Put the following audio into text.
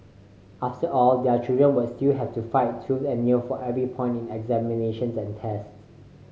after all their children would still have to fight tooth and nail for every point in examinations and tests